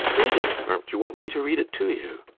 read it or do you want me to read it to you?